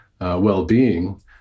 well-being